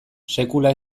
sekula